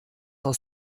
aus